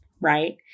right